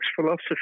philosophy